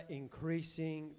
increasing